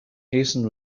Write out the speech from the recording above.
hasten